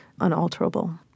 unalterable